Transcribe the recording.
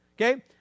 Okay